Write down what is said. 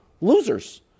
losers